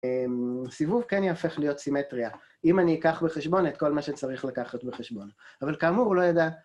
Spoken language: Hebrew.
סיבוב כן יהפך להיות סימטריה, אם אני אקח בחשבון את כל מה שצריך לקחת בחשבון. אבל כאמור, לא ידעת.